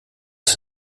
ist